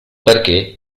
perché